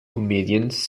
comedians